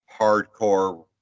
hardcore